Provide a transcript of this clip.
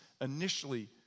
initially